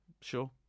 Sure